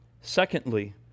Secondly